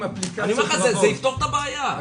זה יפתור את הבעיה.